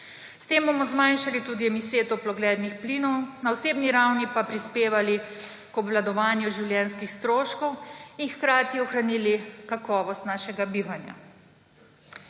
S tem bomo zmanjšali tudi emisije toplogrednih plinov, na osebni ravni pa prispevali k obvladovanju življenjskih stroškov in hkrati ohranili kakovost našega bivanja.